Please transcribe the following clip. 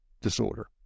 disorder